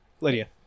Lydia